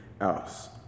else